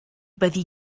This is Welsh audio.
byddi